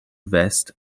vest